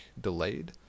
delayed